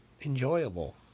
enjoyable